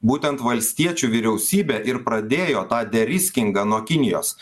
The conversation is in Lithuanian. būtent valstiečių vyriausybė ir pradėjo tą deriskingą nuo kinijos